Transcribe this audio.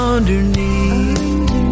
Underneath